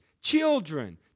children